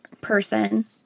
person